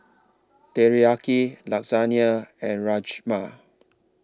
Teriyaki Lasagna and Rajma